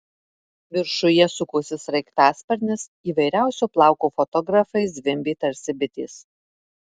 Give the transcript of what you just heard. viršuje sukosi sraigtasparnis įvairiausio plauko fotografai zvimbė tarsi bitės